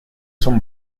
son